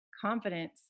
confidence